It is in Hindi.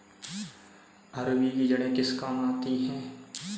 अरबी की जड़ें किस काम आती हैं?